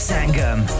Sangam